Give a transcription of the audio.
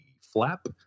flap